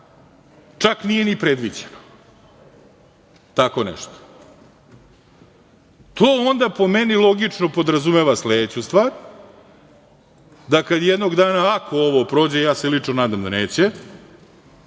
čak nije ni predviđeno tako nešto. To onda, po meni, logično podrazumeva sledeću stvar da kada jednog dana, ako ovo prođe, ja se lično nadam da neće,